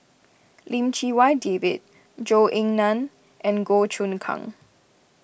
Lim Chee Wai David Zhou Ying Nan and Goh Choon Kang